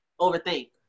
overthink